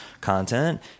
content